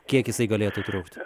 kiek jisai galėtų trukt